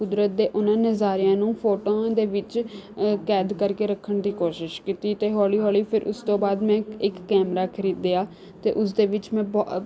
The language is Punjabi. ਕੁਦਰਤ ਦੇ ਉਨ੍ਹਾਂ ਨਜ਼ਾਰਿਆਂ ਨੂੰ ਫੋਟੋਆਂ ਦੇ ਵਿੱਚ ਕੈਦ ਕਰਕੇ ਰੱਖਣ ਦੀ ਕੋਸ਼ਿਸ਼ ਕੀਤੀ ਅਤੇ ਹੌਲੀ ਹੌਲੀ ਫਿਰ ਉਸ ਤੋਂ ਬਾਅਦ ਮੈਂ ਇੱਕ ਕੈਮਰਾ ਖਰੀਦਿਆ ਅਤੇ ਉਸ ਦੇ ਵਿੱਚ ਮੈਂ ਬ